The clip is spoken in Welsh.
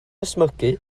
ysmygu